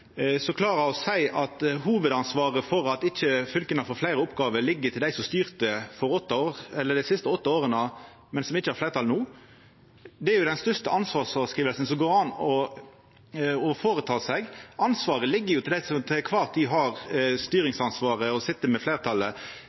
å seia at hovudansvaret for at fylka ikkje får fleire oppgåver, ligg hos dei som styrte dei siste åtte åra, men som ikkje har fleirtal no. Det er den største ansvarsfråskrivinga som går an å føreta seg. Ansvaret ligg hos dei som til kvar tid har styringsansvaret og sit med fleirtalet.